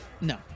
No